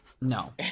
no